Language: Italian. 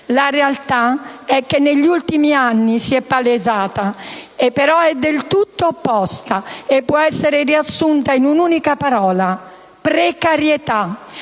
La realtà che negli ultimi anni si è palesata, però, è del tutto opposta e può essere riassunta in un'unica parola: precarietà;